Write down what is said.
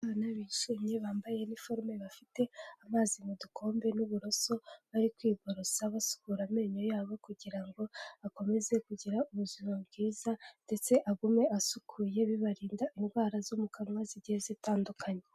Abana bishimye bambaye uniforme bafite amazi mu dukombe n'uburoso bari kwigororosa basukura amenyo yabo kugira ngo akomeze kugira ubuzima bwiza ndetse agume asukuye bibarinda indwara zo mu kanwa zijye zitandukanye.